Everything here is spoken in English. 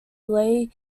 lay